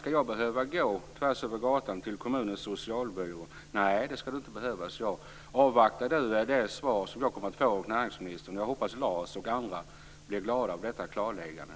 Skall jag behöva gå tvärs över gatan till kommunens socialbyrå? Nej, det skall du inte behöva, sade jag. Avvakta du det svar som jag kommer att få från näringsministern. Jag hoppas att Lars och andra blir glada av detta klarläggande.